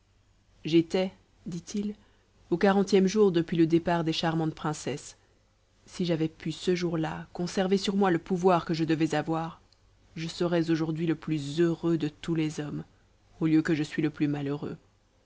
j'étais dit-il au quarantième jour depuis le départ des charmantes princesses si j'avais pu ce jour-là conserver sur moi le pouvoir que je devais avoir je serais aujourd'hui le plus heureux de tous les hommes au lieu que je suis le plus malheureux